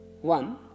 one